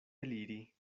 eliri